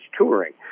touring